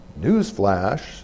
Newsflash